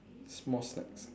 small snacks